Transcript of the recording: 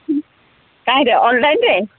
ହୁଁ କାହିଁର ଅନଲାଇନ୍ରେ